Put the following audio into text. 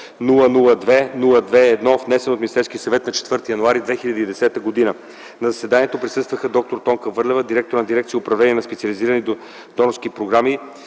002-02-1, внесен от Министерския съвет на 4.01.2010 г. На заседанието присъстваха: д-р Тонка Върлева – директор на дирекция „Управление на специализирани донорски програми”